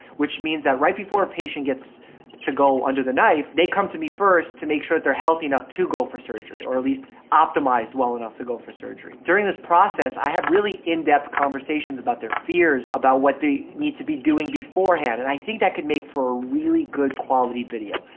which means that right before a patient gets to go under the knife, they come to me first to make sure that they're healthy enough to go for surgery or at least optimized well enough to go for surgery. during this process, i have really in-depth conversations about their fears, about what they need to be doing beforehand. and i think that can make for a really good quality video.